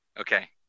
Okay